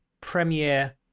premiere